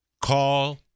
Call